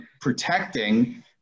protecting